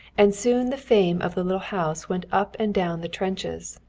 and soon the fame of the little house went up and down the trenches,